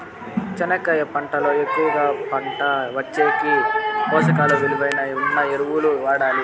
చెనక్కాయ పంట లో ఎక్కువగా పంట వచ్చేకి ఏ పోషక విలువలు ఉన్న ఎరువులు వాడాలి?